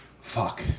Fuck